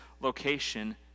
location